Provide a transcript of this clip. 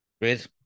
great